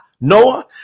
Noah